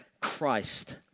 Christ